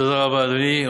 תודה רבה, אדוני.